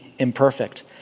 imperfect